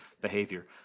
behavior